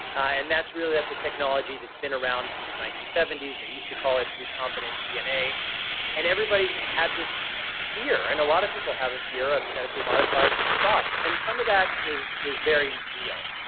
and that's really that's a technology that's been around since the nineteen seventy s. they used to call it recombinant dna and everybody's had this fear, and a lot of people have a fear of genetically modified crops. and some of that is is very real,